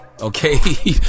Okay